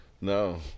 No